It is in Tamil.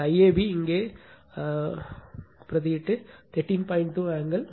இந்த ஐஏபி இங்கே மாற்றாக 13